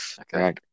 Okay